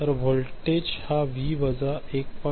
तर व्होल्टेज हा व्ही वजा 1